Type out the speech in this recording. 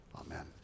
Amen